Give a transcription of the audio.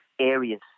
Areas